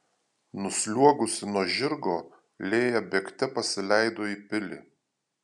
nusliuogusi nuo žirgo lėja bėgte pasileido į pilį